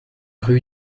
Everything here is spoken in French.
rue